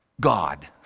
God